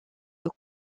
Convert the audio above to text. est